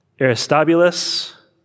Aristobulus